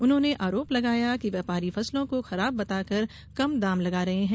उन्होंने आरोप लगाया कि व्यापारी फसलों को खराब बताकर कम दाम लगा रहे हैं